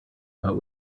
but